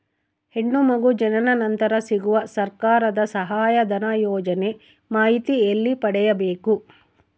ಹೆಣ್ಣು ಮಗು ಜನನ ನಂತರ ಸಿಗುವ ಸರ್ಕಾರದ ಸಹಾಯಧನ ಯೋಜನೆ ಮಾಹಿತಿ ಎಲ್ಲಿ ಪಡೆಯಬೇಕು?